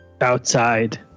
Outside